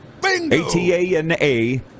atana